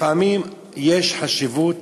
לפעמים יש חשיבות